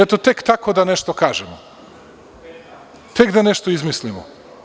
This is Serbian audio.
Eto tek tako da nešto kažemo, tek da nešto izmislimo.